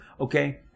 Okay